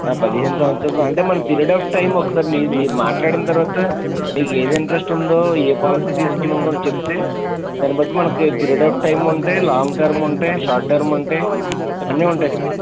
పదిహేను సంవత్సరాలు అంటే మన పీరియడ్ అఫ్ టైమ్ ఒకసారి మీరు మీరు మాట్లాడిన తరువాత మీకు ఏది ఇంటరెస్ట్ ఉందో ఏ పాలసీ తీసుకుందాము అనుకుంటున్నారో చెప్తే దాన్నిబట్టి మనకి పీరియడ్ ఆఫ్ టైమ్ అంటే లాంగ్ టర్మ్ ఉంటాయి షార్ట్ టర్మ్ ఉంటాయి అన్నీ ఉంటాయి సార్